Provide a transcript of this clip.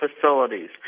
facilities